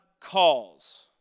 calls